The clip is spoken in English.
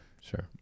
sure